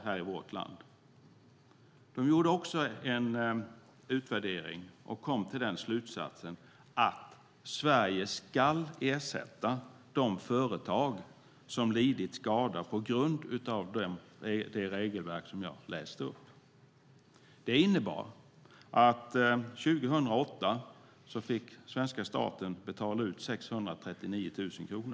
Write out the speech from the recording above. Där gjorde man också en utvärdering och kom till den slutsatsen att Sverige ska ersätta de företag som lidit skada på grund av det regelverk som jag läste upp. Det innebar att år 2008 fick svenska staten betala ut 639 000 kronor.